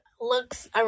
looks